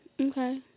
Okay